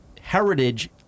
heritage